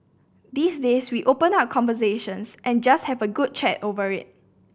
these days we open up conversations and just have a good chat over it